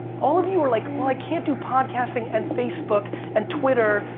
all of you are like, well i can't do podcasting, and facebook, and twitter.